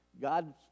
God